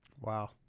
wow